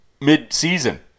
mid-season